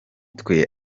twe